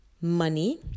money